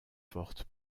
forte